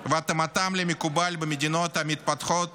והתאמתם למקובל במדינות המתפתחות